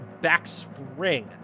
backspring